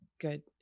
good